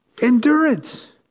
Endurance